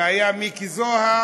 והיה מיקי זוהר,